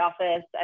office